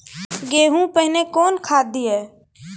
गेहूँ पहने कौन खाद दिए?